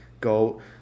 go